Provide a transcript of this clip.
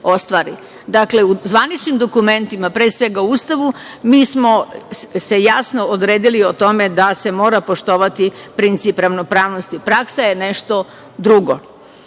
u zvaničnim dokumentima, pre svega u Ustavu, mi smo se jasno odredili od tome da se mora poštovati princip ravnopravnosti. Praksa je nešto drugo. Još